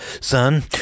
Son